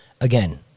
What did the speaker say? again